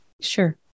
Sure